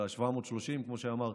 730, כמו שאמרת.